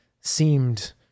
seemed